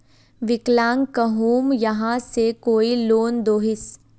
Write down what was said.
विकलांग कहुम यहाँ से कोई लोन दोहिस?